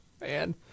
man